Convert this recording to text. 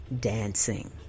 dancing